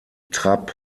trapp